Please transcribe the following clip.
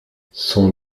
son